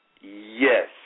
Yes